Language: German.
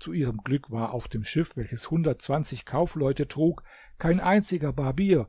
zu ihrem glück war auf dem schiff welches hundertundzwanzig kaufleute trug kein einziger barbier